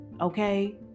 okay